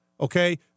okay